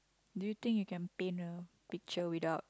do you think you can paint a picture without